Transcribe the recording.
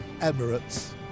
Emirates